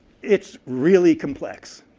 it's really complex.